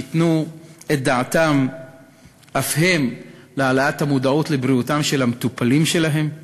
שייתנו את דעתם אף הם להעלאת המודעות לבריאות של המטופלים שלהם,